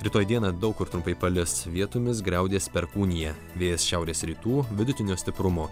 rytoj dieną daug kur trumpai palis vietomis griaudės perkūnija vėjas šiaurės rytų vidutinio stiprumo